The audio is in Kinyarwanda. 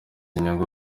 inyungu